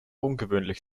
ungewöhnlich